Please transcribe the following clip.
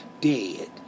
dead